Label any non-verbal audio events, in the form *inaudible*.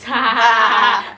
*laughs*